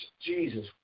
Jesus